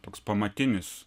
toks pamatinis